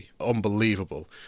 unbelievable